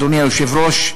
אדוני היושב-ראש,